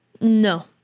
No